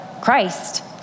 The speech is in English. Christ